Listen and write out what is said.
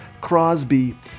Crosby